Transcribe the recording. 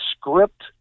script